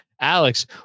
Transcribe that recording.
Alex